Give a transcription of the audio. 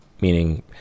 Meaning